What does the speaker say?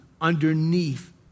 underneath